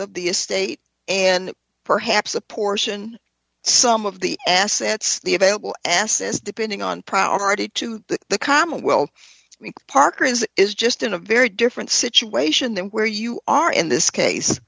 of the estate and perhaps apportion some of the assets the available assets depending on priority to the commonweal parker this is just a very different situation than where you are in this case